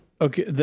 okay